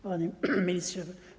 Panie Ministrze!